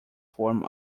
form